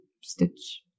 stitch